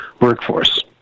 workforce